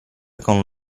con